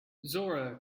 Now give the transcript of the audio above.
zora